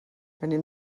venim